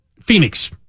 phoenix